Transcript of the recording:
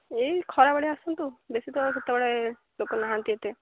ଏଇ ଖରାବେଳେ ଆସନ୍ତୁ ବେଶୀ ତ ସେତେବେଳେ ଲୋକ ନାହାନ୍ତି ଏତେ